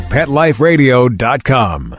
PetLifeRadio.com